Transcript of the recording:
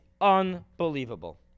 unbelievable